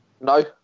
No